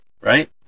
Right